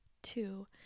Two